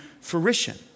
fruition